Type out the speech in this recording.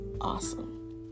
awesome